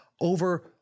over